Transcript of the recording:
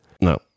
No